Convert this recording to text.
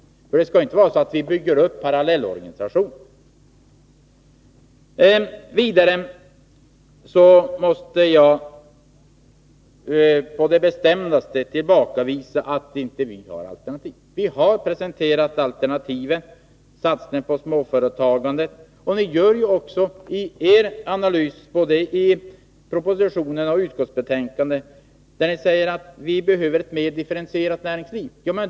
Vi bör inte bygga upp en parallellorganisation. Slutligen vill jag på det bestämdaste tillbakavisa påståendet att vi inte har presenterat alternativ. Vi har t.ex. angett att det måste ske en satsning på småföretagandet. I er analys både i propositionen och i betänkandet har ni ju också sagt att vi behöver ett mer differentierat näringsliv.